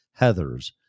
Heathers